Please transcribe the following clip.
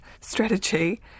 strategy